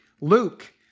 luke